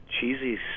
cheesy